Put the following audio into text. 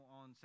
on